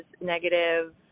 negative